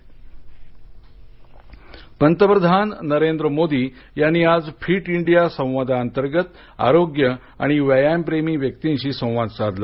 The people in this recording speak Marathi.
पीएम इंडिया पंतप्रधान नरेंद्र मोदी यांनी आज फिट इंडिया संवादाअंतर्गत आरोग्य आणि व्यायाम प्रेमी जनतेशी संवाद साधला